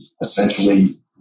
essentially